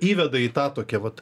įveda į tą tokią vat